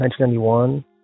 1991